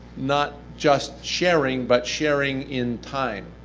not just sharing, but sharing in time.